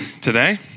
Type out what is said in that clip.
Today